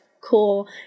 cool